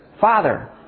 Father